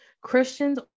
Christians